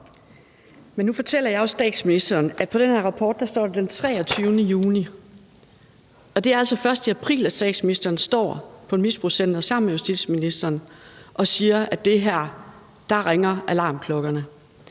nu fortæller jeg jo statsministeren, at på den her rapport står der den 23. juni, og det er altså først i april, at statsministeren står på et misbrugscenter sammen med justitsministeren og siger, at det her får alarmklokkerne